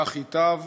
כך ייטב.